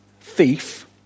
thief